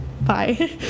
Bye